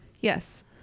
Yes